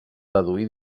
deduir